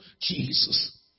Jesus